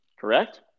Correct